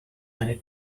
many